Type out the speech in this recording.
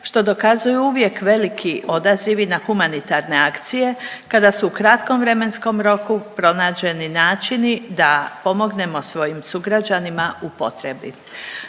što dokazuju uvijek veliki odazivi na humanitarne akcije kada su u kratkom vremenskom roku pronađeni načini da pomognemo svojim sugrađanima u potrebi.